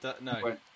no